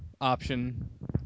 option